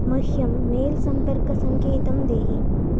मह्यं मेल् सम्पर्कसङ्केतं देहि